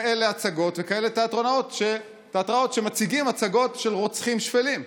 הצגות כאלה ותיאטראות כאלה שמציגים הצגות של רוצחים שפלים.